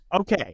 Okay